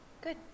Good